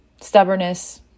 Stubbornness